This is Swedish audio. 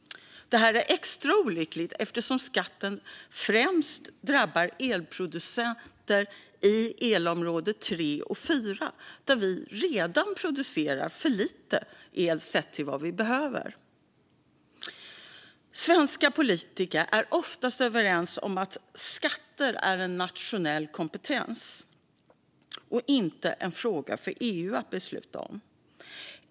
Detta är extra olyckligt eftersom skatten främst drabbar elproducenter i elområde 3 och 4, där vi redan producerar för lite el sett till vad vi behöver. Svenska politiker är oftast överens om att skatter är en nationell kompetens och inte en fråga för EU att besluta om.